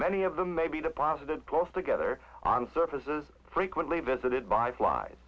many of them may be deposited close together on surfaces frequently visited by flies